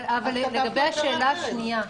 אבל לגבי השאלה השנייה,